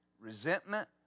resentment